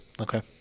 Okay